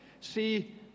See